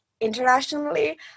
internationally